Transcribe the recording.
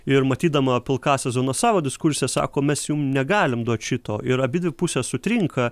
ir matydama pilkąsias zonas savo diskurse sako mes jum negalim duot šito ir abidvi pusės sutrinka